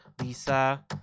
Lisa